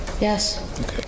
Yes